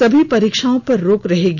सभी परीक्षाओं पर रोक रहेगी